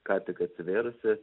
ką tik atsivėrusi